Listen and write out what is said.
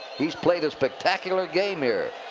he's played a spectacular game here.